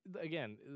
again